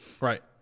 Right